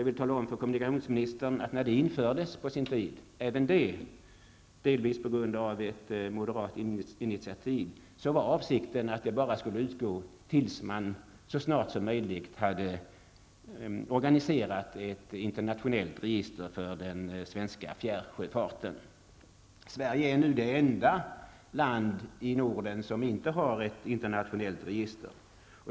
Jag vill tala om för kommunikationsministern, att när detta stöd på sin tid infördes -- även det delvis på grund av ett moderat initiativ, var avsikten att det bara skulle utgå tills man så snart som möjligt hade organiserat ett internationellt register för den svenska fjärrsjöfarten. Sverige är nu det enda landet i Norden som inte har något internationellt register.